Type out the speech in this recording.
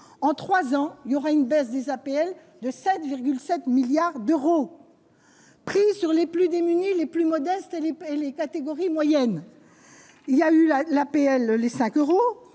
en 3 ans, il y aura une baisse des APL de 7 7 milliards d'euros pris sur les plus démunis, les plus modestes et les les catégories moyennes, il y a eu la la PL : les 5 euros